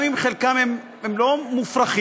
גם אם חלקן לא מופרכות,